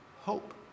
hope